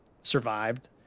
survived